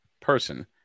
person